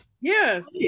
yes